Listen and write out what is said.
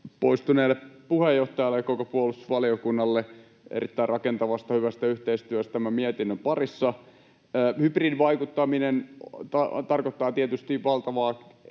poistuneelle puheenjohtajalle ja koko puolustusvaliokunnalle erittäin rakentavasta ja hyvästä yhteistyöstämme mietinnön parissa. Hybridivaikuttaminen tarkoittaa tietysti valtavaa